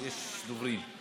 יש דוברים.